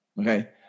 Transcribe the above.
okay